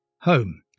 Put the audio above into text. home